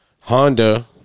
Honda